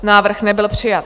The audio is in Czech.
Návrh nebyl přijat.